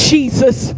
Jesus